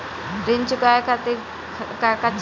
ऋण चुकावे के खातिर का का चिज लागेला?